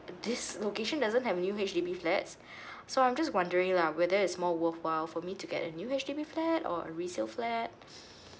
this location doesn't have new H_D_B flats so I'm just wondering lah whether is more worthwhile for me to get a new H_D_B flat or a resale flat